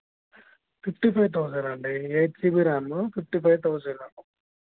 fifty five thousand అండి eight GB RAM fifty five thousand